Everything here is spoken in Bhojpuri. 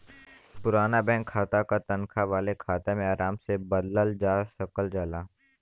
पुराना बैंक खाता क तनखा वाले खाता में आराम से बदलल जा सकल जाला